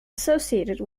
associated